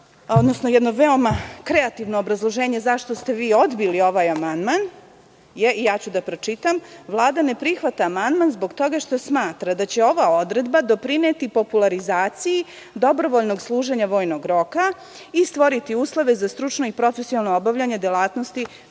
odnosno jedno veoma kreativno obrazloženje zašto ste vi odbili ovaj amandman – Vlada ne prihvata amandman zbog toga što smatra da će ova odredba doprineti popularizaciji dobrovoljnog služenja vojnog roka i stvoriti uslove za stručno i profesionalno obavljanje delatnosti